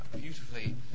beautifully